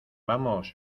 vamos